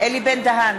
אלי בן-דהן,